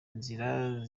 nzira